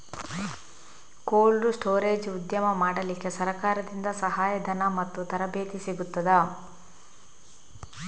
Cold storage ಉದ್ಯಮ ಮಾಡಲಿಕ್ಕೆ ಸರಕಾರದಿಂದ ಸಹಾಯ ಧನ ಮತ್ತು ತರಬೇತಿ ಸಿಗುತ್ತದಾ?